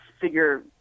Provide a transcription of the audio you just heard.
figure